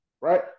Right